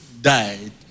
died